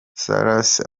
selassie